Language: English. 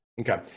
Okay